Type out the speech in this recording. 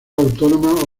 autónoma